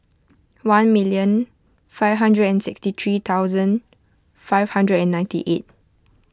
one million five hundred and sixty three thousand five hundred and ninety eight